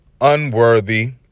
unworthy